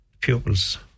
pupils